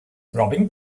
robbing